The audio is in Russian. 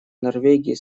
норвегии